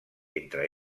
entre